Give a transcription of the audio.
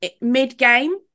mid-game